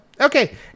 okay